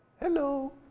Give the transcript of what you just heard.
Hello